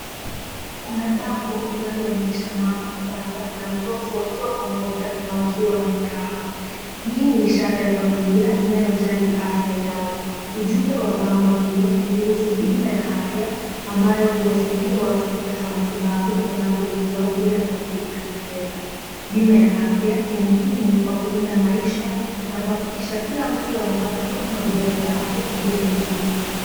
Kuna bango linaloonyesha mama, baba na mtoto wakiwa pamoja na wakiwa na furaha. Hii ni ishara ya familia inayojali afya yao. Ujumbe wa bango hilo ni kuhusu bima ya afya ambayo huwasaidia watu kupata matibabu wanapougua bila kuathirika kifedha. Bima ya afya ni muhimu kwa kulinda maisha na kuhakikisha kila mtu anapata huduma bora za afya bila mzigo.